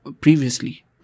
previously